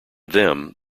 them